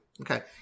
Okay